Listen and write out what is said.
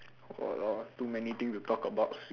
!walao! too many thing to talk about [siol]